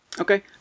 Okay